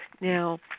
Now